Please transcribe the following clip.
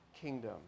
kingdom